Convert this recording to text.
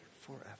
forever